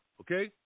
okay